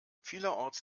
vielerorts